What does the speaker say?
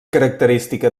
característica